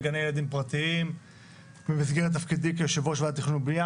לגני ילדים פרטיים במסגרת תפקידי כיושב ראש ועדת תכנון ובנייה.